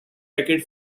racket